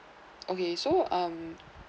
okay so um